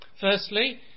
firstly